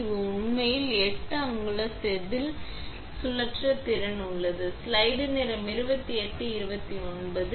இது உண்மையில் 8 அங்குல செதில் சுழற்ற திறன் உள்ளது